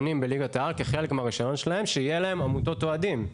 בליגת העל כחלק מהרישיון שלהם שיהיה להם עמותות אוהדים.